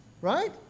Right